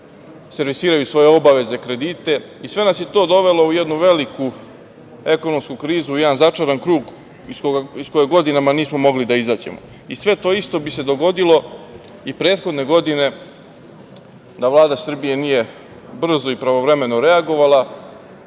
servisiraju svoje obaveze, kredite i sve nas je to dovelo u jednu veliku ekonomsku krizu i jedan začaran krug iz kojeg godinama nismo mogli da izađemo.I sve to isto bi se dogodilo i prethodne godine da Vlada Srbije nije brzo i pravovremeno reagovala,